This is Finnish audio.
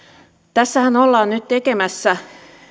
tässähän ollaan nyt tekemässä